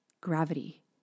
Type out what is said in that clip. gravity